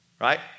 right